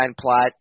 plot